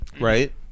Right